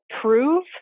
prove